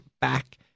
back